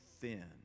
thin